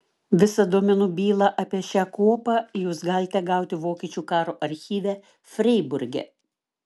visą duomenų bylą apie šią kuopą jūs galite gauti vokiečių karo archyve freiburge